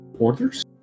Orders